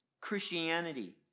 Christianity